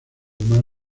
mar